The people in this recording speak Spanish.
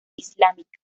islámica